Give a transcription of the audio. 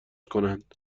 کنند